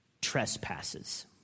trespasses